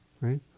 right